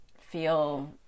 feel